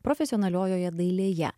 profesionaliojoje dailėje